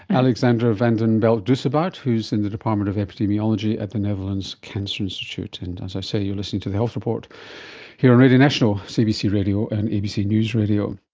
alexandra van den belt-dusebout who is in the department of epidemiology at the netherlands cancer institute. and as i say, you're listening to the health report here on radio national, cbc radio and abc news radio.